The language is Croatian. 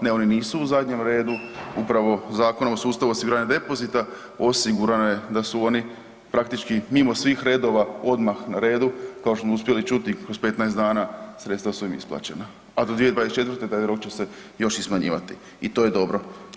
Ne, oni nisu u zadnjem redu upravo Zakonom o sustavu osiguranja depozita osigurano je da su oni praktički mimo svih redova odmah na redu kao što smo uspjeli čuti kroz 15 dana sredstva su im isplaćena, a do 2024. taj rok će se još i smanjivati i to je dobro.